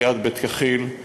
ליד בית-כחיל,